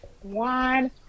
One